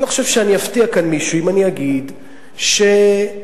אני לא חושב שאני אפתיע כאן מישהו אם